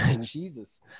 jesus